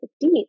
deep